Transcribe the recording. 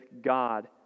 God